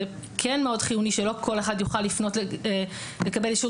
זה כן מאוד חיוני שלא כל אחד יוכל לפנות לקבל אישור